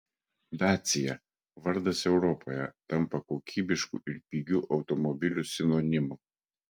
dacia vardas europoje tampa kokybiškų ir pigių automobilių sinonimu